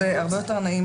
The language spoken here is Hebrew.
מי נמנע?